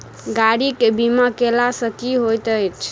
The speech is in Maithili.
गाड़ी केँ बीमा कैला सँ की होइत अछि?